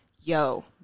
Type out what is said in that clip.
yo